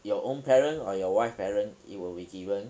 you own parent or your wife parent it will be given